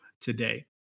today